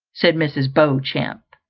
said mrs. beauchamp,